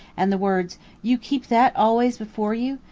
and the words, you keep that always before you?